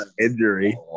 injury